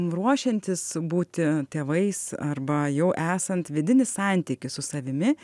ruošiantis būti tėvais arba jau esant vidinis santykis su savimi